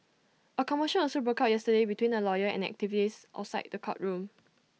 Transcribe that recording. A commotion also broke out yesterday between A lawyer and an activists outside the courtroom